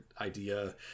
idea